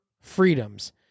freedoms